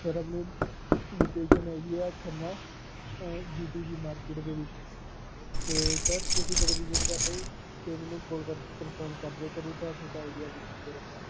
sir ਆਪਣੀ location ਹੈਗੀ ਆ Khanna G D P market ਦੇ ਵਿੱਚ ਅਤੇ ਸਰ ਤੁਸੀਂ ਕਦੋਂ ਦੀ ਵੇਟ ਕਰਦੇ ਜੀ ਅਤੇ ਮੈਨੂੰ ਕਾਲ ਕਰਕੇ ਕਨਫਰਮ ਕਰ ਦਿਓ ਕਦੋਂ ਦਾ ਤੁਹਾਡਾ ਆਈਡੀਆ ਵਿਜ਼ਿਟ ਕਰਨ ਦਾ